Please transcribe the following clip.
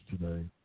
today